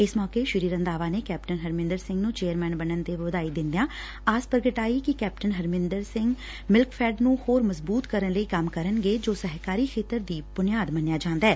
ਇਸ ਮੌਕੇ ਸ੍ਰੀ ਰੰਧਾਵਾ ਨੇ ਕੈਪਟਨ ਹਰਮੰਦਰ ਸਿੰਘ ਨੂੰ ਚੇਅਰਮੈਨ ਬਣਨ ਤੇ ਵਧਾਈ ਦਿੰਦਿਆਂ ਆਸ ਪ੍ਰਗਟਾਈ ਕਿ ਕੈਪਟਨ ਹਰਮਿੰਦਰ ਮਿਲਕਫੈਡ ਨੂੰ ਹੋਰ ਮਜਬੂਤ ਕਰਨ ਲਈ ਕੰਮ ਕਰਨਗੇ ਜੋ ਸਹਿਕਾਰੀ ਖੇਤਰ ਦੀ ਬੁਨਿਆਦ ਮੰਨਿਆ ਜਾਂਦੈ